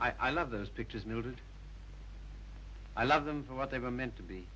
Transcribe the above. d i love those pictures mildred i love them for what they were meant to be